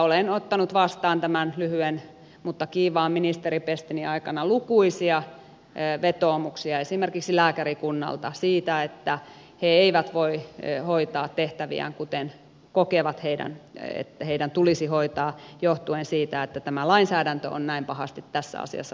olen ottanut vastaan tämän lyhyen mutta kiivaan ministeripestini aikana lukuisia vetoomuksia esimerkiksi lääkärikunnalta siitä että he eivät voi hoitaa tehtäviään kuten kokevat että heidän tulisi hoitaa johtuen siitä että tämä lainsäädäntö on näin pahasti tässä asiassa rempallaan